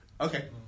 Okay